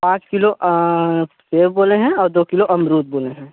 पाँच किलो सेब बोले हैं और दो किलो अमरूद बोले हैं